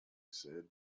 said